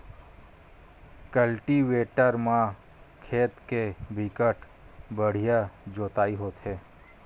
cultivator म खेत के बिकट बड़िहा जोतई होथे